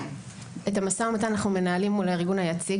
את המשא ומתן אנו מנהלים מול הארגון היציג,